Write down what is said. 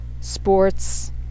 Sports